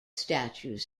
statues